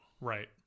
right